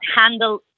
handle